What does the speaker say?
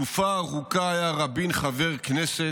"תקופה ארוכה היה רבין חבר כנסת.